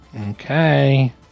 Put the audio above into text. Okay